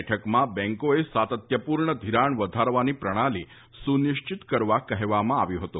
બેઠકમાં બેન્કોએ સાતત્યપૂર્ણ ઘિરાણ વધારવાની પ્રણાલી સુનિશ્ચિત કરવા કહેવામાં આવ્યું હતું